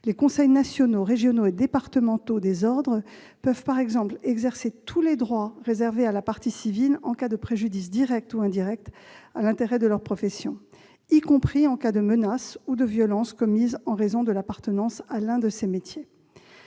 Les conseils nationaux, régionaux et départementaux des ordres peuvent par exemple exercer tous les droits réservés à la partie civile en cas de préjudice direct ou indirect à l'intérêt de leur profession, y compris en cas de menaces ou de violences commises en raison de l'appartenance à l'un de ces métiers.